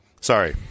Sorry